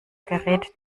gerät